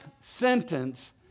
sentence